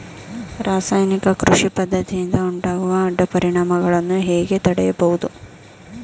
ರಾಸಾಯನಿಕ ಕೃಷಿ ಪದ್ದತಿಯಿಂದ ಉಂಟಾಗುವ ಅಡ್ಡ ಪರಿಣಾಮಗಳನ್ನು ಹೇಗೆ ತಡೆಯಬಹುದು?